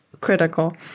critical